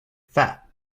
fat